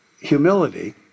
humility